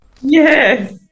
Yes